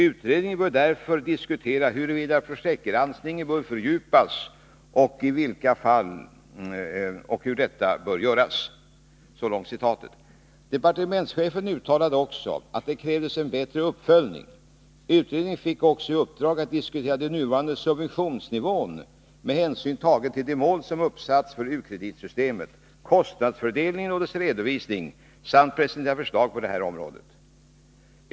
Utredningen bör diskutera huruvida projektgranskningen bör fördjupas och i vilka fall och hur detta bör göras.” Departementschefen uttalade att det krävdes en bättre uppföljning. Utredningen fick även i uppdrag att diskutera den nuvarande subventionsnivån med hänsyn tagen till de mål som uppsatts för u-kreditsystemet, kostnadsfördelningen och dess redovisning samt att presentera förslag på detta område.